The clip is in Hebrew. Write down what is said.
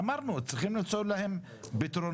ואמרנו שצריכים למצוא להם פתרונות.